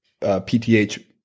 PTH